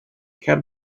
cer